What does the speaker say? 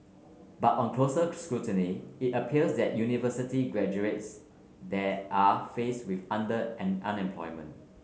but on closer scrutiny it appears that university graduates there are faced with under and unemployment